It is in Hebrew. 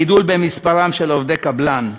הגידול במספרם של עובדי קבלן,